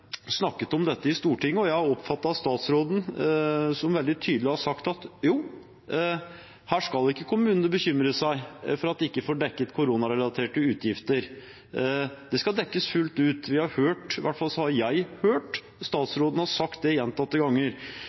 snakket om dette i Stortinget, og jeg har oppfattet at statsråden veldig tydelig har sagt at kommunene ikke skal bekymre seg for at de ikke får dekket koronarelaterte utgifter, de skal dekkes fullt ut. Vi har hørt – i hvert fall har jeg hørt – statsråden si det gjentatte ganger.